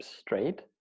straight